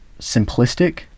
simplistic